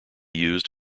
used